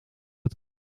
het